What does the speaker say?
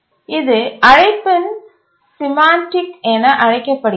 இது அழைப்பின் சிமான்ட்டிக் என அழைக்கப்படுகிறது